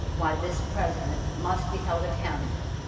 why this president must be held accountable,